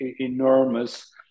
enormous